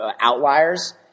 Outliers